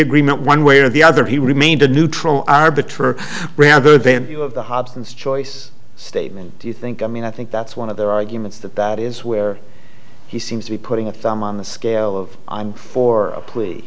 agreement one way or the other he remained a neutral arbiter rather than the hobson's choice statement do you think i mean i think that's one of the arguments that that is where he seems to be putting a thumb on the scale of for a plea